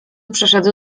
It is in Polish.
przyszedł